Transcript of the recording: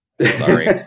Sorry